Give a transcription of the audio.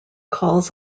calls